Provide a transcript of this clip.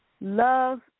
Love